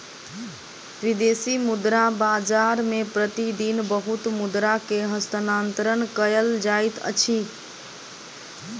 विदेशी मुद्रा बाजार मे प्रति दिन बहुत मुद्रा के हस्तांतरण कयल जाइत अछि